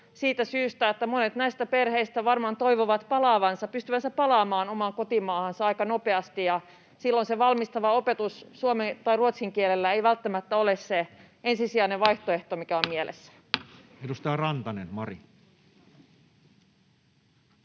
siitä syystä, että monet näistä perheistä varmaan toivovat pystyvänsä palaamaan omaan kotimaahansa aika nopeasti, ja silloin se valmistava opetus suomen tai ruotsin kielellä ei välttämättä ole ensisijainen vaihtoehto,